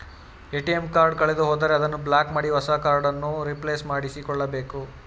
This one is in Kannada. ಎ.ಟಿ.ಎಂ ಕಾರ್ಡ್ ಕಳೆದುಹೋದರೆ ಅದನ್ನು ಬ್ಲಾಕ್ ಮಾಡಿ ಹೊಸ ಕಾರ್ಡ್ ಅನ್ನು ರಿಪ್ಲೇಸ್ ಮಾಡಿಸಿಕೊಳ್ಳಬೇಕು